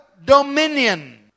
dominion